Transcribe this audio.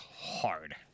hard